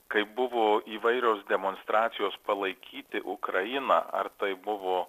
kaip buvo įvairios demonstracijos palaikyti ukrainą ar tai buvo